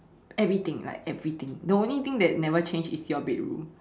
everything like everything the only thing that never change is your bedroom